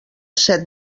set